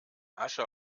asche